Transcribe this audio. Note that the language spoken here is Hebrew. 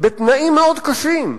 בתנאים מאוד קשים.